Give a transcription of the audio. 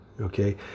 Okay